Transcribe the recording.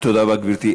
תודה רבה, גברתי.